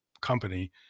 company